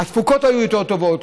התפוקות היו יותר טובות,